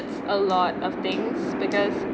a lot of things because